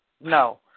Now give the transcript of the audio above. no